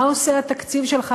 מה עושה התקציב שלך,